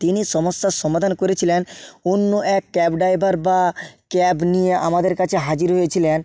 তিনি সমস্যার সমাধান করেছিলেন অন্য এক ক্যাব ড্রাইভার বা ক্যাব নিয়ে আমাদের কছে হাজির হয়েছিলেন